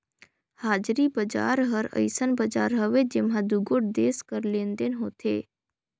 हाजरी बजार हर अइसन बजार हवे जेम्हां दुगोट देस कर लेन देन होथे